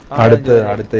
the oven